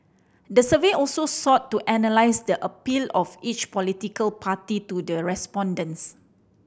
the survey also sought to analyse the appeal of each political party to the respondents